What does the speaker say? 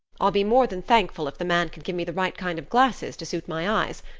i'll be more than thankful if the man can give me the right kind of glasses to suit my eyes.